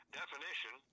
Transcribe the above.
definition